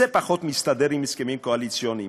זה פחות מסתדר עם הסכמים קואליציוניים.